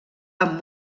amb